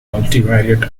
multivariate